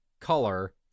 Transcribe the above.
color